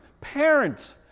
parents